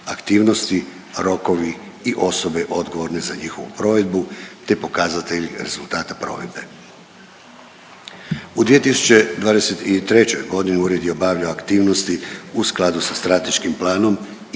rokovi i osobe odgovorne za njihovu provedbu te pokazatelji rezultata provedbe. U 2023. godini ured je obavljao aktivnosti u skladu sa strateškim planom